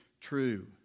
true